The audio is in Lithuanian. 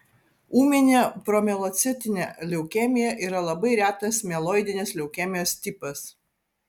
ūminė promielocitinė leukemija yra labai retas mieloidinės leukemijos tipas